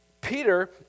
Peter